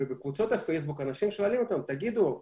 בקבוצות הפייסבוק אנשים שואלים: תגידו,